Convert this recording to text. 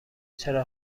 چراغ